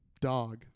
dog